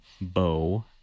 bow